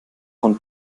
von